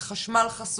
של חשמל חשוף,